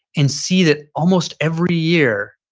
and see that almost every year,